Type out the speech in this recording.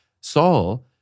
Saul